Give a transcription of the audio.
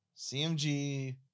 CMG